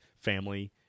Family